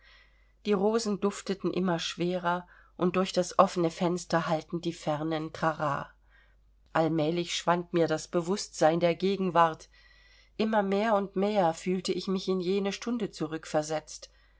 die rosen dufteten immer schwerer und durch das offene fenster hallten die fernen tra ra allmählich schwand mir das bewußtsein der gegenwart immer mehr und mehr fühlte ich mich in jene stunde zurückversetzt